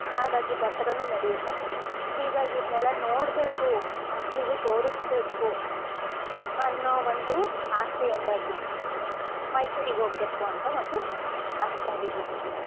ಹಾಗಾಗಿ ದಸ್ರಾ ನಡೆಯುತ್ತೆ ಹೀಗಾಗಿ ಇದ್ನೆಲ್ಲ ನೋಡಬೇಕು ಮಕ್ಕಳಿಗು ತೋರಿಸ್ಬೇಕು ಅನ್ನೋ ಒಂದು ಆಸೆಯಿಂದಾಗಿ ಮೈಸೂರಿಗೆ ಹೋಗ್ಬೇಕು ಅಂತ ಒಂದು ಅನ್ಕೊಂಡಿದೀವಿ